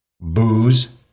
booze